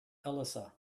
elisa